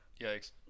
Yikes